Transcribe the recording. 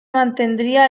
mantendría